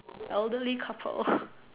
elderly couple